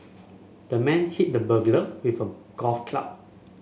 the man hit the burglar with a golf club